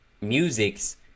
musics